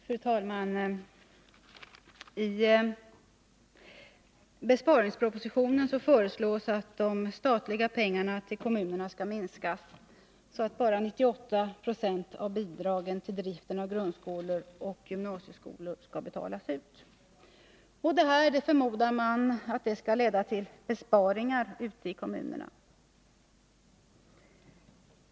Fru talman! I besparingspropositionen föreslås att de statliga anslagen till kommunerna skall minskas, så att bara 98 90 av bidragen till driften av grundskolor och gymnasieskolor skall betalas ut. Detta förmodar man skall Nr 46 leda till besparingar ute i kommunerna.